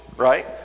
right